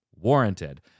Warranted